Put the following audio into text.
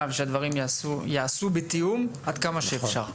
שהדברים יעשו בתיאום עד כמה שאפשר.